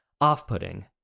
off-putting